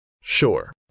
Sure